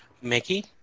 Mickey